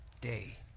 day